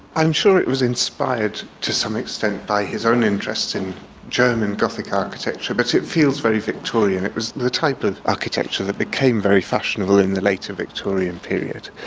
i'm sure it was inspired to some extent by his own interests in german and gothic architecture, but it feels very victorian. it was the type of architecture that became very fashionable in the later victorian period,